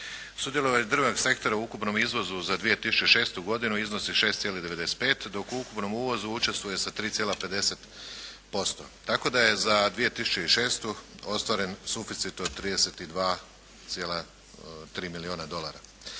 Sudjelovanje drvnog sektora u ukupnom izvozu za 2006. godinu iznosi 6,95, dok u ukupnom uvozu učestvuje sa 3,50%. Tako da je za 2006. ostvaren suficit od 32,3 milijuna dolara.